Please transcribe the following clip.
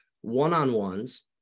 one-on-ones